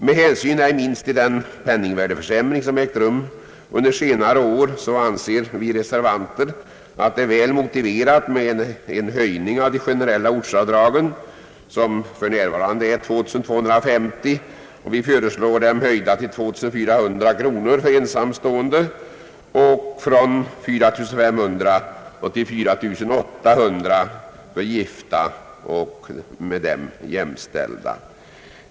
Med hänsyn ej minst till den penningvärdeförsämring som ägt rum under senare år anser vi reservanter att det är väl motiverat med en höjning av det generella ortsavdraget från 2 250 till 2 400 kronor för ensamstående och från 4 500 till 4 800 kronor för gifta och jämställda.